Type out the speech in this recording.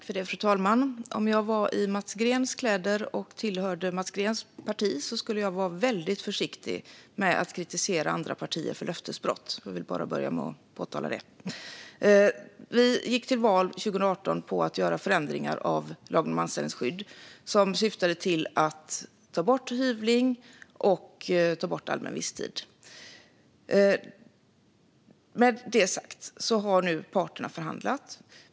Fru talman! Om jag var i Mats Greens kläder och tillhörde Mats Greens parti skulle jag vara väldigt försiktig med att kritisera andra partier för löftesbrott. Jag vill bara börja med att påpeka det. Vi gick till val 2018 på att göra förändringar av lagen om anställningsskydd som syftade till att ta bort hyvling och ta bort allmän visstid. Med det sagt har nu parterna förhandlat.